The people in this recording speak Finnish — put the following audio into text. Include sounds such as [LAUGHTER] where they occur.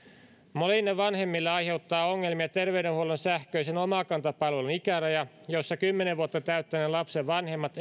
monille vanhemmille aiheuttaa ongelmia terveydenhuollon sähköisen omakanta palvelun ikäraja jossa kymmenen vuotta täyttäneen lapsen vanhemmat [UNINTELLIGIBLE]